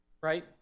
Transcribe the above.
right